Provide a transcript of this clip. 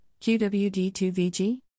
qwd2vg